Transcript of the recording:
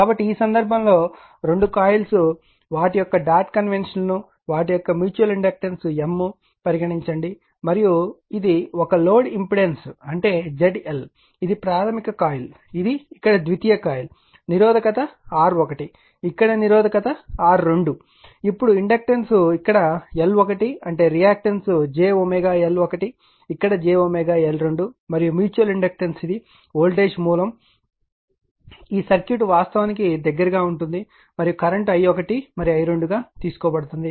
కాబట్టి ఈ సందర్భంలో రెండు కాయిల్స్ వాటి యొక్క డాట్ కన్వెన్షన్లు వాటి యొక్క మ్యూచువల్ ఇండక్టెన్స్ M పరిగణించండి మరియు ఇది ఒక లోడ్ ఇంపెడెన్స్ అంటే ZL ఇది ప్రాధమిక కాయిల్ ఇది ఇక్కడ ద్వితీయ కాయిల్ నిరోధకత R1 ఇక్కడ నిరోధకత R2 ఇక్కడ ఇండక్టెన్స్ L1 అంటే రియాక్టన్స్ j L1 ఇక్కడj L2 మరియు మ్యూచువల్ ఇండక్టెన్స్ ఇది వోల్టేజ్ మూలం ఈ సర్క్యూట్ వాస్తవానికి దగ్గరగా ఉంటుంది మరియు కరెంట్ i1 మరియు i2 తీసుకోబడుతుంది